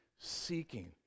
seeking